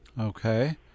Okay